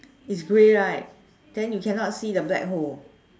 it's grey right then you cannot see the black hole